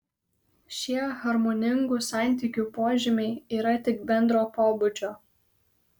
šie harmoningų santykių požymiai yra tik bendro pobūdžio